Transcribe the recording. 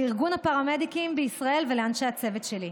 לארגון הפרמדיקים בישראל ולאנשי הצוות שלי.